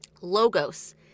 Logos